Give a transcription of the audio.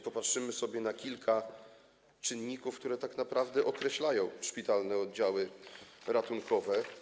Popatrzmy sobie na kilka czynników, które tak naprawdę określają szpitalne oddziały ratunkowe.